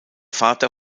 vater